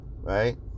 right